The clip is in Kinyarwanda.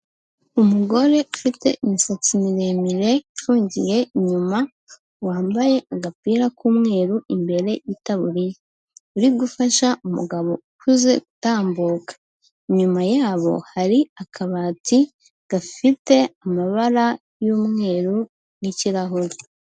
Umugore ufite imisatsi miremire ifungiye inyuma, wambaye agapira k'umweru imbere y'itaburiya, uri gufasha umugabo ukuze gutambuka. Inyuma yabo hari akabati gafite amabara y'umweru n'ikirahure.